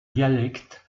dialecte